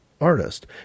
artist